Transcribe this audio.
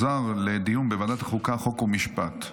2024, לוועדת החוקה, חוק ומשפט נתקבלה.